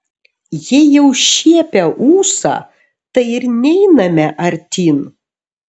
jei jau šiepia ūsą tai ir neiname artyn